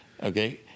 Okay